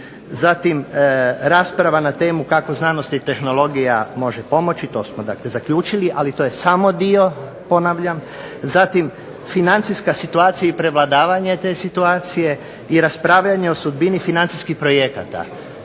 zatim rasprava na temu kako znanost i tehnologija može pomoći, to smo dakle zaključili, ali to je samo dio ponavljam. Zatim, financijska situacija i prevladavanje te situacije i raspravljanje o sudbini financijskih projekata.